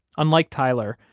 unlike tyler,